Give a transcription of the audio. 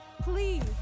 please